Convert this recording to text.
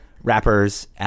rappers